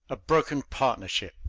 a broken partnership